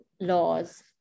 laws